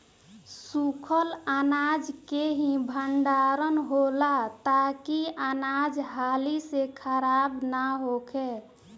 सूखल अनाज के ही भण्डारण होला ताकि अनाज हाली से खराब न होखे